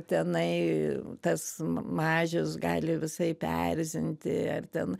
tenai tas mažius gali visaip erzinti ar ten